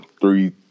three